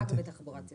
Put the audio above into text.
רק בתחבורה ציבורית?